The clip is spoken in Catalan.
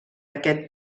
aquest